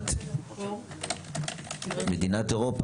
מדינת אירופה,